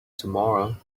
tomorrow